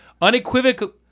unequivocally